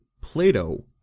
Plato